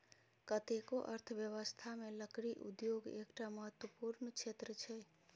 कतेको अर्थव्यवस्थामे लकड़ी उद्योग एकटा महत्वपूर्ण क्षेत्र छै